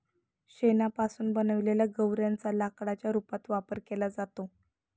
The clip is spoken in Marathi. शेणापासून बनवलेल्या गौर्यांच्या लाकडाच्या रूपात वापर केला जातो